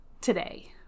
today